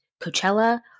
Coachella